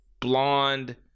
Blonde